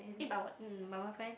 eh but what mm my boyfriend